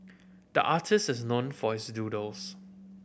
the artist is known for his doodles